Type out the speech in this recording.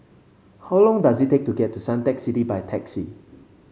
how long does it take to get to Suntec City by taxi